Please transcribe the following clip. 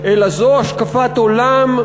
אלא זו השקפת עולם,